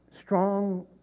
Strong